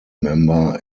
member